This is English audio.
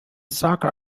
soccer